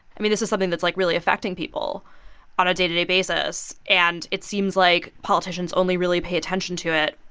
i mean, this is something that's, like, really affecting people on a day-to-day basis. and it seems like politicians only really pay attention to it,